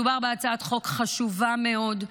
מדובר בהצעת חוק חשובה מאוד,